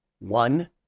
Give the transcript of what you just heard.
One